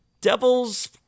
Devils